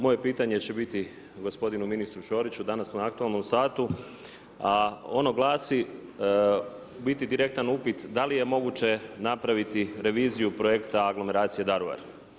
Moje pitanje će biti gospodinu ministru Ćoriću danas na aktualnom satu, a ono glasi u biti direktan upit da li je moguće napraviti reviziju projekta aglomeracije Daruvar.